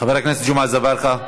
חבר הכנסת ג'מעה אזברגה,